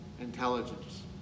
intelligence